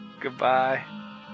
goodbye